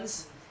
mm